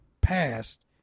past